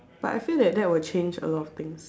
but I feel that that would change a lot of things